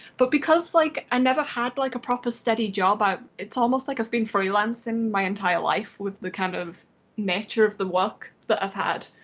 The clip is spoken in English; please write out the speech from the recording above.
but because like i never had like a proper steady job, but it's almost like i've been freelancing my entire life with the kind of nature of the work that i've had.